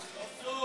סוף-סוף.